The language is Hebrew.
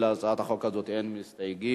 להצעת החוק הזאת אין הסתייגויות,